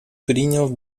принял